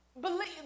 believe